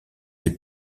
les